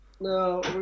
No